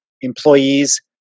employees